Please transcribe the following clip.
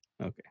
Okay